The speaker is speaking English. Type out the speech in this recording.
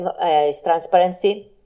transparency